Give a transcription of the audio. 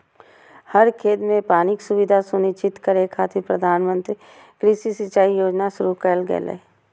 हर खेत कें पानिक सुविधा सुनिश्चित करै खातिर प्रधानमंत्री कृषि सिंचाइ योजना शुरू कैल गेलै